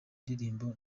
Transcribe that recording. ndirimbo